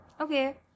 okay